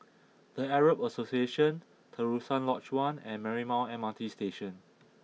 The Arab Association Terusan Lodge One and Marymount M R T Station